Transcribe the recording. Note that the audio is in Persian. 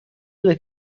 بده